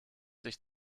sich